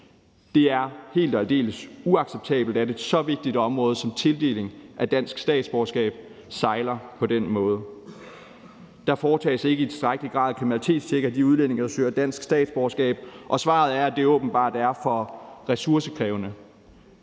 Det er helt og aldeles uacceptabelt, at et så vigtigt område som tildeling af dansk statsborgerskab sejler på den måde. Der foretages ikke i tilstrækkelig grad et kriminalitetstjek af de udlændinge, der søger dansk statsborgerskab. Og svaret er, at det åbenbart er for ressourcekrævende.